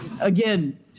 Again